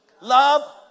love